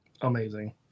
Amazing